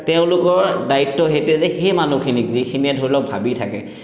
তেওঁলোকৰ দ্বায়িত্ব সেইটোৱে যে সেই মানুহখিনিক যিখিনিয়ে ধৰি লওক ভাবি থাকে